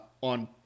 on